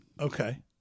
Okay